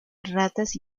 ratas